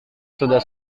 sudah